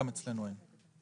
גם אצלנו אין.